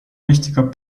wichtiger